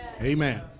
amen